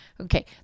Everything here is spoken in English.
Okay